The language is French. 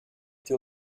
été